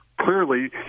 clearly